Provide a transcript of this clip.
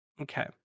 Okay